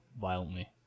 violently